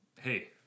hey